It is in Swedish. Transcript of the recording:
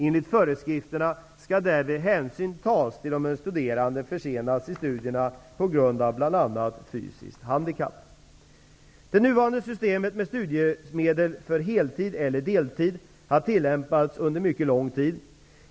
Enligt föreskrifterna skall därvid hänsyn tas till om en studerande försenats i studierna på grund av bl.a. fysiskt handikapp. Det nuvarande systemet med studiemedel för heltid eller deltid har tillämpats under en mycket lång tid.